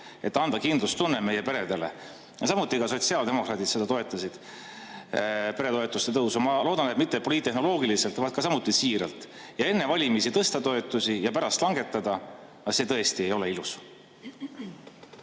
et anda kindlustunne meie peredele. Ka sotsiaaldemokraadid toetasid peretoetuste tõusu, ma loodan, mitte poliittehnoloogiliselt, vaid samuti siiralt. Enne valimisi tõsta toetusi ja pärast langetada – see tõesti ei ole ilus.